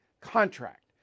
contract